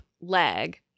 leg